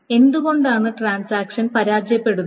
എന്തുകൊണ്ടാണ് ട്രാൻസാക്ഷൻ പരാജയപ്പെടുന്നത്